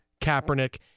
Kaepernick